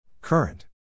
Current